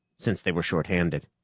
since they were shorthanded.